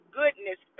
goodness